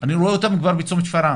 אני רואה אותם כבר בצומת שפרעם